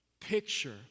picture